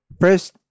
first